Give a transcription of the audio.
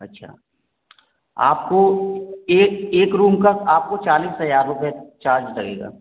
अच्छा आपको एक एक रूम का आपको चालीस हजार रुपए चार्ज लगेगा